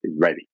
ready